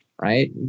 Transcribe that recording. right